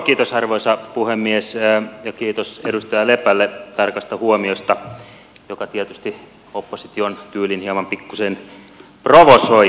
kiitos arvoisa puhemies ja kiitos edustaja lepälle tarkasta huomiosta joka tietysti opposition tyyliin pikkuisen provosoi